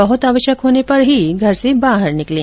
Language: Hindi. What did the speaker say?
बहुत आवश्यक होने पर ही घर से बाहर निकलें